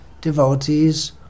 devotees